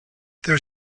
there